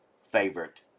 favorite